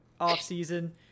offseason